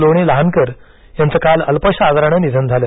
लोणे लहानकर यांचं काल अल्पशा आजारान निधन झालं